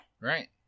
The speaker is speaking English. Right